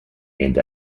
and